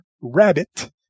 Rabbit